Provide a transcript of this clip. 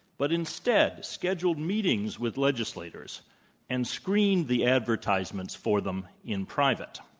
but instead scheduled meetings with legislators and screened the advertisements for them in private.